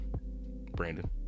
Brandon